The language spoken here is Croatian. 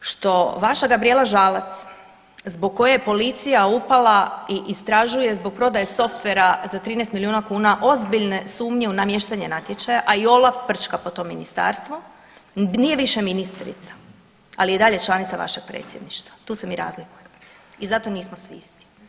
Što vaša Gabrijela Žalac zbog koje je policija upala i istražuje zbog prodaje softvera za 13 milijuna kuna ozbiljne sumnje u namještanje natječaja, a i OLAF prčka po tom Ministarstvu, nije više ministrica, ali je i dalje članica vašeg Predsjedništva, tu se mi razlikujemo i zato nismo svi isti.